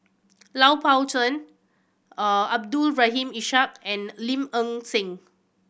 Lui Pao Chuen Abdul Rahim Ishak and Lim Nang Seng